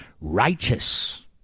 righteous